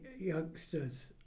youngsters